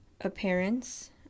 appearance